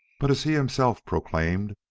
but, as he himself proclaimed,